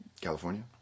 California